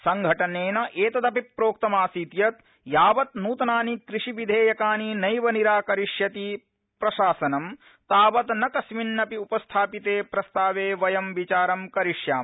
संघटनेन एतदपि प्रोक्तमासीत् यत यावत् नृतनानि कृषि विधेयकानि नैव निराकरिष्यति प्रशासनं तावतु न कस्मिन्नपि उपस्थापिते प्रस्तावे वयं विचारं करिष्याम